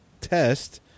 test